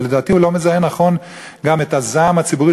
ולדעתי הוא לא מזהה נכון גם את הזעם הציבורי